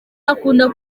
akunda